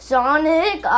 Sonic